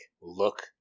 look